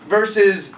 Versus